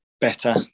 better